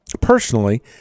Personally